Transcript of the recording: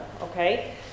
okay